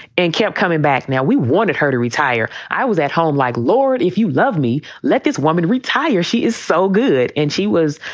and kept coming back. now, we wanted her to retire. i was at home like, lord, if you love me, let this woman retire. she is so good. and she was,